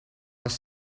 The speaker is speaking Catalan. les